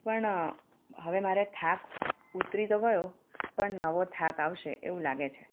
પણ હવે મારે થાક ઉતરી તો ગયો પણ નવો થાક આવશે એવું લાગે છે